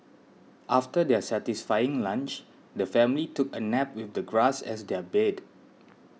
after their satisfying lunch the family took a nap with the grass as their bed